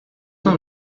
não